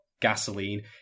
gasoline